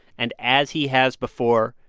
and as he has before,